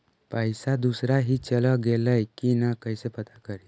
पैसा दुसरा ही चल गेलै की न कैसे पता करि?